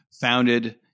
founded